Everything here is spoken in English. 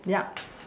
yup